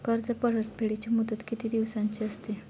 कर्ज परतफेडीची मुदत किती दिवसांची असते?